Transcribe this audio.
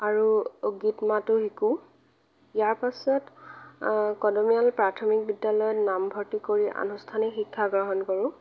আৰু গীত মাতো শিকোঁ ইয়াৰ পাছত কদমীয়াল প্ৰাথমিক বিদ্যালয়ত নামভৰ্তি কৰি আনুষ্ঠানিক শিক্ষা গ্ৰহণ কৰোঁ